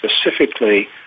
specifically